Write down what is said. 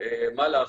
מה לעשות.